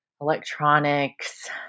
electronics